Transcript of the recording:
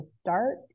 start